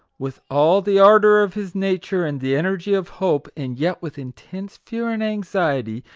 with all the ardour of his nature and the energy of hope, and yet with intense fear and anxiety,